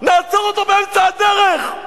נעצור אותו באמצע הדרך.